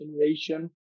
generation